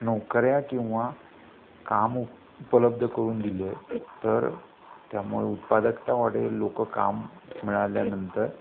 नोकऱ्या किंवा काम उप उपलब्ध करून दिले तर त्यामुळे उत्पादकता वाढेल लोकं काम मिळाल्यानंतर